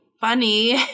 funny